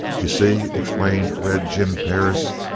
you see, explained red jim perris,